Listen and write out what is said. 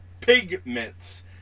pigments